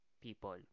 people